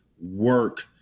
work